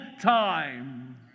time